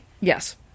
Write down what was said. Yes